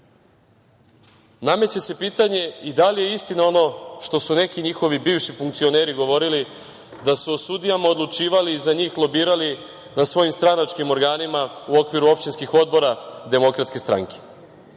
nameće se pitanje i da li je istina ono što su neki njihovi bivši funkcioneri govorili da su o sudijama odlučivali i za njih lobirali na svojim stranačkim organima u okviru opštinskih odbora DS. To nasleđe